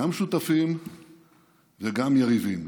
גם שותפים וגם יריבים.